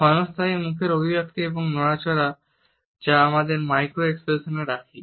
ক্ষণস্থায়ী মুখের অভিব্যক্তি এবং শরীরের নড়াচড়া যা আমরা মাইক্রো এক্সপ্রেশনে রাখি